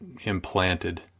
implanted